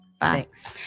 Thanks